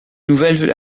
nouvelle